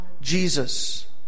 Jesus